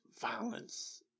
violence